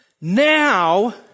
Now